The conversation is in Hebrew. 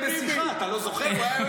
הוא קישר ביניהם בשיחה, אתה לא זוכר?